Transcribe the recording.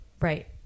right